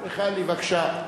מיכאלי, בבקשה.